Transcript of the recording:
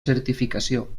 certificació